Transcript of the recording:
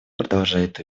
продолжает